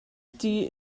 die